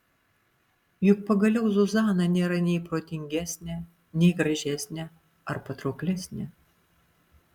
juk pagaliau zuzana nėra nei protingesnė nei gražesnė ar patrauklesnė